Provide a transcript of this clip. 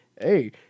Hey